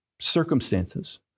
circumstances